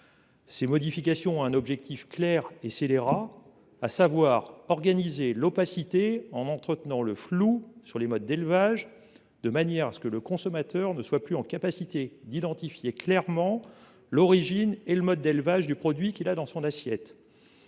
Ces modifications ont un objectif clair et scélérat, à savoir organiser l'opacité en entretenant le flou sur les modes d'élevage de manière à ce que le consommateur ne soit plus en capacité d'identifier clairement l'origine et le mode d'élevage du produit qu'il a dans son assiette.